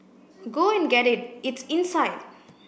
go and get it it's inside